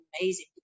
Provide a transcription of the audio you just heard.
amazing